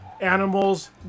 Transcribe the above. animals